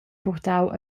purtau